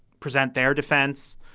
present their defense.